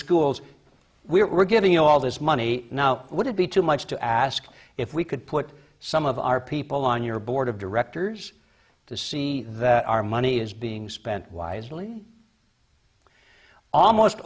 schools we were giving you all this money now would it be too much to ask if we could put some of our people on your board of directors to see that our money is being spent wisely almost